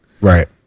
Right